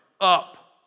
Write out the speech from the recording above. up